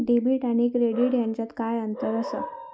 Debit आणि credit ह्याच्यात काय अंतर असा?